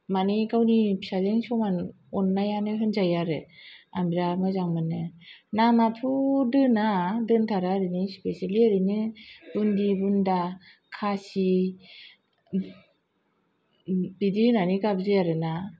माने गावनि फिसाजों समान अननायानो होनजायो आरो आं बिराद मोजां मोनो नामाथ' दोना दोनथारा ओरैनो इसपेसिलि ओरैनो बुन्दि बुन्दा खासि बिदि होननानै गाबज्रियो आरोना